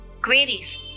Queries